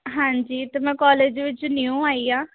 ਹਾਂਜੀ ਅਤੇ ਮੈਂ ਕੋਲੇਜ ਵਿੱਚ ਨਿਊ ਆਈ ਹਾਂ